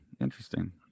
interesting